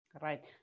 Right